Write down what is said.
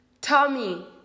Tommy